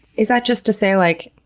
is that just to say, like,